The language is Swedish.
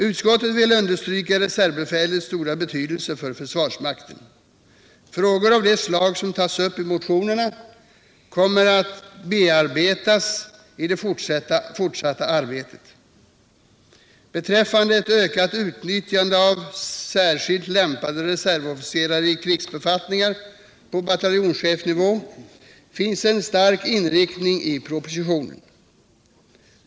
Utskottet vill understryka reservbefälets stora betydelse för försvarsmakten. Frågor av det slag som tas upp i motionerna kommer att bearbetas i det fortsatta arbetet. Ett ökat utnyttjande av särskilt lämpade reservofficerare i krigsbefattningar på bataljonschefsnivå finns det en stark inriktning på i propositionen.